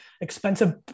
expensive